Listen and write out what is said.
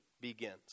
begins